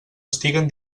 estiguen